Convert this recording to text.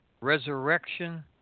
resurrection